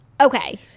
Okay